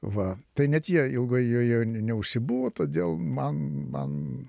va tai net jie ilgai joje neužsibuvo todėl man man